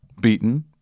beaten